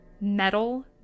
metal